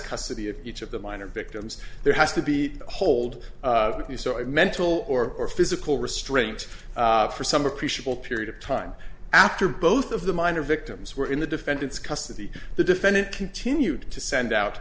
custody of each of the minor victims there has to be hold of me so i mental or physical restraint for some appreciable period of time after both of the minor victims were in the defendant's custody the defendant continued to send out